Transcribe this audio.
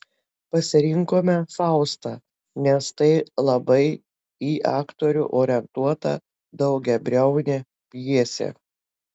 pasirinkome faustą nes tai labai į aktorių orientuota daugiabriaunė pjesė